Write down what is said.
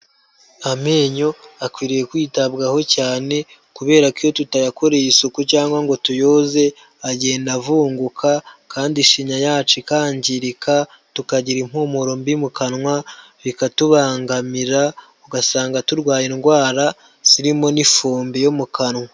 Amenyo akwiriye kwitabwaho cyane kubera ko iyo tutayakoreye isuku cyangwa ngo tuyoze, agenda avunguka kandi ishinya yacu ikangirika, tukagira impumuro mbi mu kanwa, bikatubangamira, ugasanga turwara indwara zirimo n'ifumbi yo mu kanwa.